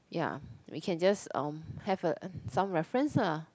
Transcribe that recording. ya we can just um have a some reference lah